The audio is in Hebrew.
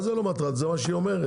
זה מה שהיא אומרת.